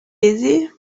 easy